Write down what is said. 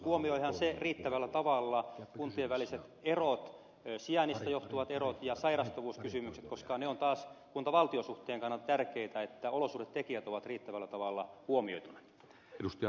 huomioihan se riittävällä tavalla kuntien väliset erot sijainnista johtuvat erot ja sairastuvuuskysymykset koska ne ovat taas kuntavaltio suhteen kannalta tärkeitä että olosuhdetekijät ovat riittävällä tavalla huomioituina